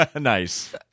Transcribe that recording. nice